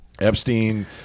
Epstein